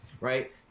right